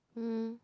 mm